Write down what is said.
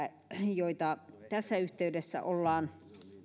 joita tässä yhteydessä ollaan